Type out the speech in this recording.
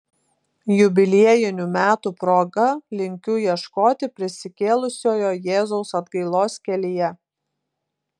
jubiliejinių metų proga linkiu ieškoti prisikėlusiojo jėzaus atgailos kelyje